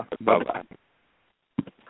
bye-bye